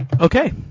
okay